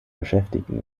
beschäftigten